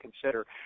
consider